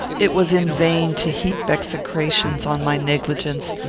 it was in vain to heap execrations on my negligence,